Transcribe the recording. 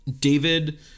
David